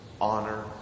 honor